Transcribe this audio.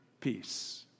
peace